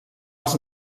els